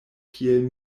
kiel